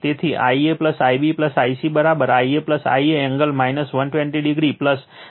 તેથી Ia Ib Ic Ia Ia angle 120o I a angle 120o 0 થશે